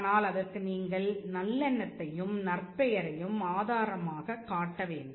ஆனால் அதற்கு நீங்கள் நல்லெண்ணத்தையும் நற்பெயரையும் ஆதாரமாகக் காட்ட வேண்டும்